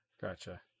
Gotcha